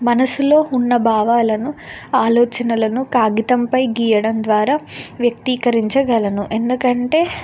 మనసులో ఉన్న భావాలను ఆలోచనలను కాగితంపై గీయడం ద్వారా వ్యక్తీకరించగలను ఎందుకంటే